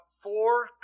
four